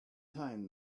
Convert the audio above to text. time